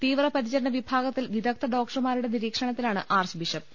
തീവ്രപരിചരണ വിഭാഗത്തിൽ വിദഗ്ദ്ധ ഡോക്ടർമാരുടെ നിരീക്ഷണത്തിലാണ് ആർച്ച് ബിഷപ്പ്